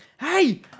Hey